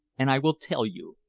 and i will tell you.